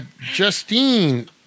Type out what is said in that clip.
Justine